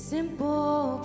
Simple